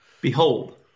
behold